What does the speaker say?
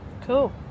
Cool